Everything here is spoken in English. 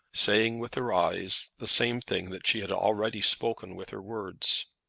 saying with her eyes the same thing that she had already spoken with her words.